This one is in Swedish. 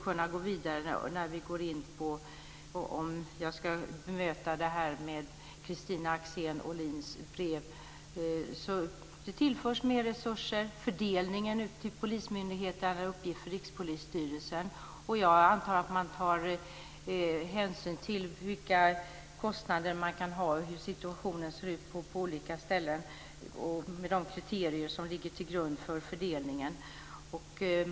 Jag ska bemöta det här med Kristina Axén Olins brev. Det tillförs mer resurser. Fördelningen ut till polismyndigheterna är en uppgift för Rikspolisstyrelsen. Jag antar att Rikspolisstyrelsen tar hänsyn till vilka kostnader man kan ha och hur situationen ser ut på olika ställen med de kriterier som ligger till grund för fördelningen.